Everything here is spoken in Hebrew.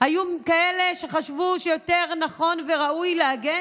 היו כאלה שחשבו שיותר נכון וראוי להגן